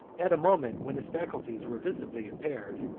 at a moment when his faculties were visibly impaired,